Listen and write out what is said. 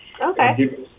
Okay